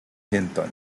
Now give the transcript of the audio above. hinton